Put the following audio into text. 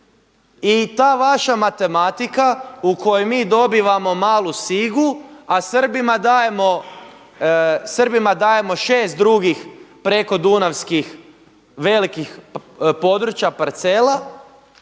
I ta vaša matematika u kojoj mi dobivamo malu Sigu, a Srbima dajemo šest drugih prekodunavskih velikih područja, parcela,